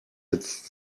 jetzt